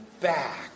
back